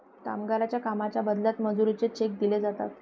कामगारांना कामाच्या बदल्यात मजुरीचे चेक दिले जातात